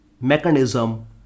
mechanism